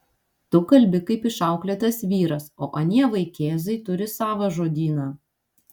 tu kalbi kaip išauklėtas vyras o anie vaikėzai turi savą žodyną